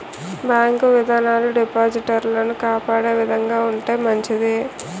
bank విధానాలు డిపాజిటర్లను కాపాడే విధంగా ఉంటే మంచిది